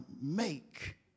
make